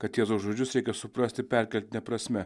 kad jėzaus žodžius reikia suprasti perkeltine prasme